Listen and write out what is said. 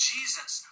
Jesus